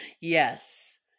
yes